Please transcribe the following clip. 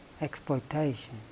exploitation